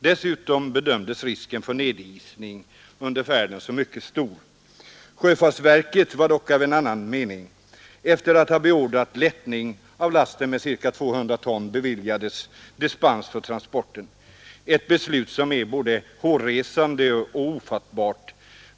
Dessutom bedömdes risken för en nedisning under färden som mycket stor. Sjöfartsverket var dock av en annan mening. Efter att ha beordrat lättning av lasten med ca 200 ton beviljade verket dispens för transporten ett beslut som är både hårresande och ofattbart.